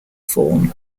form